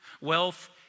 Wealth